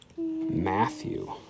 Matthew